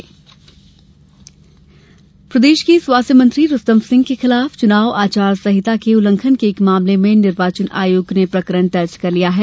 आचार संहिता उल्लंघन प्रदेश के स्वास्थ्य मंत्री रूस्तम सिंह के खिलाफ चुनाव आचार संहिता के उल्लंघन के एक मामले में निर्वाचन आयोग ने प्रकरण दर्ज कर लिया है